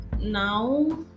now